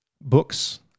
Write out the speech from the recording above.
books